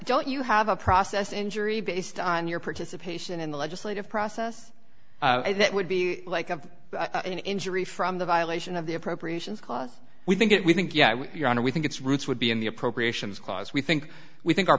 don't you have a process injury based on your participation in the legislative process that would be like have an injury from the violation of the appropriations cause we think it we think yeah your honor we think its roots would be in the appropriations cause we think we think our